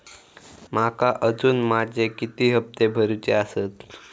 माका अजून माझे किती हप्ते भरूचे आसत?